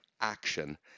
action